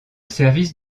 service